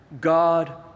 God